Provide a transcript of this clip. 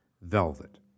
Velvet